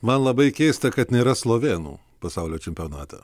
man labai keista kad nėra slovėnų pasaulio čempionato